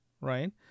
Right